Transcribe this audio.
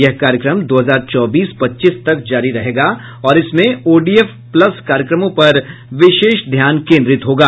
यह कार्यक्रम दो हजार चौबीस पच्चीस तक जारी रहेगा और इसमें ओडीएफ प्लस कार्यक्रमों पर विशेष ध्यान केन्द्रित रहेगा